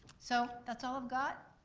so, that's all i've got.